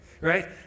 right